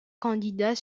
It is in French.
candidats